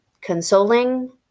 consoling